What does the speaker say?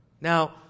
Now